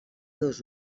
dos